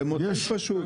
במודל פשוט.